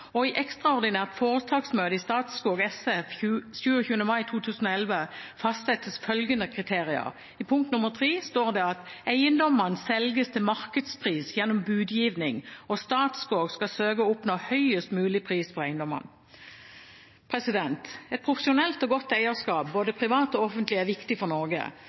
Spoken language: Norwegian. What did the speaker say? Og i ekstraordinært foretaksmøte i Statskog SF 27. mai 2011 fastsettes bl.a. følgende kriterium: «Eiendommene selges til markedspris gjennom budgiving. Statskog skal søke å oppnå høyest mulig pris for eiendommene.» Et profesjonelt og godt eierskap, både privat og offentlig, er viktig for Norge.